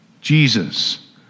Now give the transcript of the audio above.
Jesus